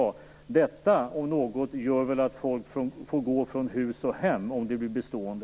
Höga räntor, om något, gör att folk får gå från hus och hem om de blir bestående.